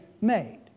made